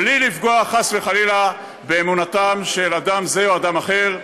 בלי לפגוע חס וחלילה באמונתו של אדם זה או אדם אחר,